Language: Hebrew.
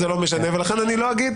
אני חושב שזה לא משנה, לכן אני לא אגיד.